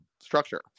structure